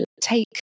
take